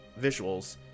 visuals